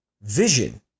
vision